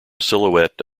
silhouette